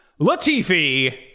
Latifi